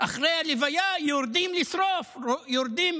אחרי הלוויה יורדים לשרוף, יורדים